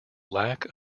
lack